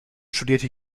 studierte